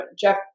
Jeff